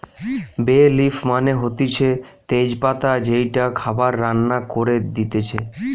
বে লিফ মানে হতিছে তেজ পাতা যেইটা খাবার রান্না করে দিতেছে